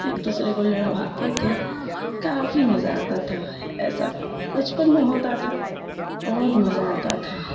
ایک دوسرے کو لڑواتے تھے کافی مزہ آتا تھا ایسا بچپن میں ہوتا تھا بہت مزہ آتا تھا